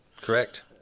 correct